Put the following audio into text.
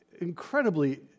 incredibly